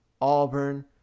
Auburn